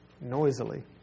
noisily